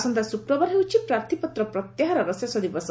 ଆସନ୍ତା ଶୁକ୍ରବାର ହେଉଛି ପ୍ରାର୍ଥୀପତ୍ର ପ୍ରତ୍ୟାହାରର ଶେଷ ଦିବସ